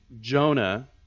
Jonah